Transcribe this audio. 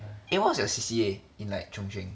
eh what's your C_C_A in like chung cheng